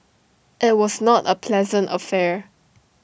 IT was not A pleasant affair